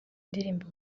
indirimbo